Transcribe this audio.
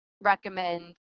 recommend